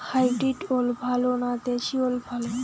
Hybrid ওল ভালো না দেশী ওল ভাল?